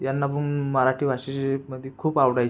यांना पण मराठी भाषेमध्ये खूप आवडायची